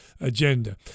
agenda